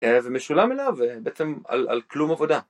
ומשולם אליו ובעצם על כלום עבודה.